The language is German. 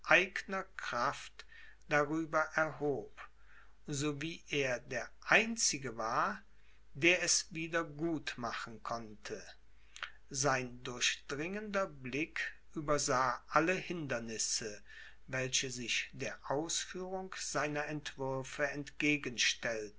eigner kraft darüber erhob so wie er der einzige war der es wieder gut machen konnte sein durchdringender blick übersah alle hindernisse welche sich der ausführung seiner entwürfe entgegenstellten